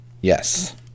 Yes